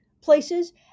places